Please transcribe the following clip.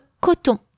coton